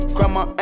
Grandma